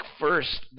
first